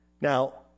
Now